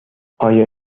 آیا